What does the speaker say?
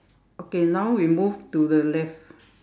okay now we move to the left